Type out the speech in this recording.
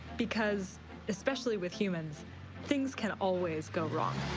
because especially with humans things can always go wrong.